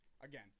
again